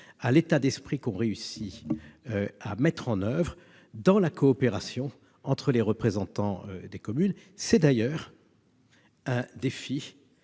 à l'état d'esprit que l'on réussit à mettre en oeuvre dans la coopération entre les représentants des communes. Ce défi est d'ailleurs parfois